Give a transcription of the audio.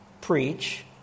preach